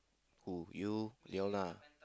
who you they all lah